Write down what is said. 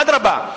אדרבה,